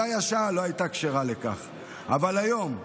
אולי השעה לא הייתה כשרה לכך, אבל היום,